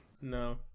No